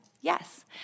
yes